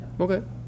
okay